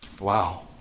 Wow